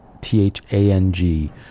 T-H-A-N-G